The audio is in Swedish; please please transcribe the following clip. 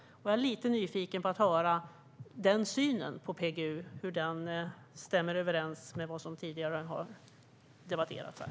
Jag är lite nyfiken på hur en sådan syn på PGU stämmer överens med vad som tidigare har framförts här.